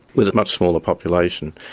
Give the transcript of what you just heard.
with a much smaller population.